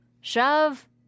shove